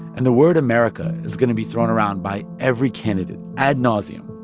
and the word america is going to, be thrown around by every candidate ad nauseum.